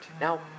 Now